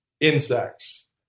insects